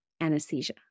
anesthesia